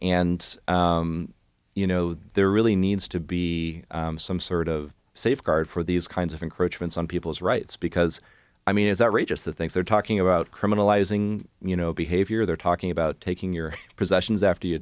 and you know there really needs to be some sort of safeguard for these kinds of encroachments on people's rights because i mean as outrageous the things they're talking about criminalizing you know behavior they're talking about taking your possessions after you